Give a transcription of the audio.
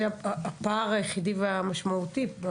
זה הפער היחיד והמשמעותי.